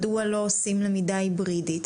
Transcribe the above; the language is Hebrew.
מדוע לא עושים למידה היברידית?